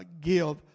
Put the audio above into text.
give